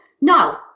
No